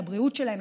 לבריאות שלהם,